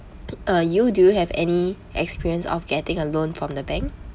uh you do have any experience of getting a loan from the bank